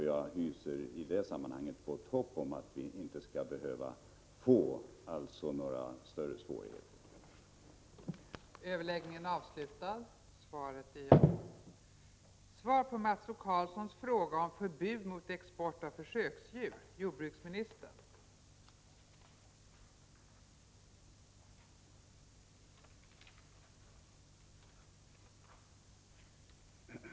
Jag hyser därför gott hopp om att det inte skall behöva uppstå några större svårigheter i fortsättningen.